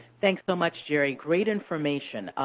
thanks so much, jerry. great information.